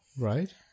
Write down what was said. Right